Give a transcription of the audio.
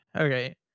Okay